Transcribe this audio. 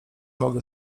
mogę